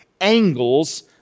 angles